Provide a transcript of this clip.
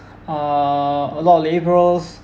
err a lot of labourers